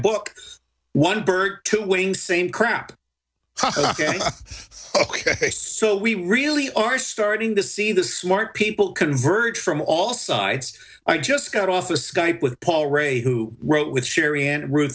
book one bird two wing same crap ok so we really are starting to see the smart people convert from all sides i just got off a skype with paul ray who wrote with sherry and ru